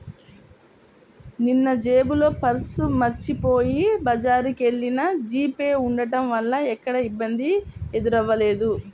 నిన్నజేబులో పర్సు మరచిపొయ్యి బజారుకెల్లినా జీపే ఉంటం వల్ల ఎక్కడా ఇబ్బంది ఎదురవ్వలేదు